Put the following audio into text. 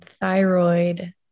thyroid